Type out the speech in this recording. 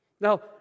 Now